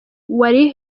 wari